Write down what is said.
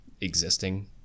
existing